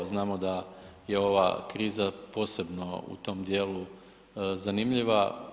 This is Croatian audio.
Znamo da je ova kriza posebno u tom dijelu zanimljiva.